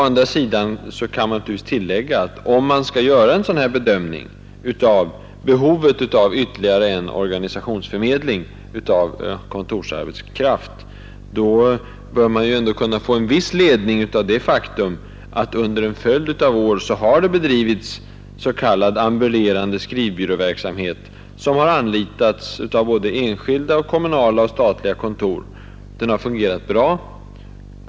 Men om man ändå skall göra en sådan bedömning av behovet av ytterligare en organisationsförmedling av kontorsarbetskraft, bör man kunna få en viss ledning av det faktum, att det under en följd av år bedrivits s.k. ambulerande skrivbyråverksamhet som anlitats av både enskilda och kommunala och statliga kontor. Den har fungerat bra.